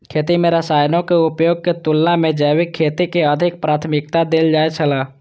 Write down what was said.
खेती में रसायनों के उपयोग के तुलना में जैविक खेती के अधिक प्राथमिकता देल जाय छला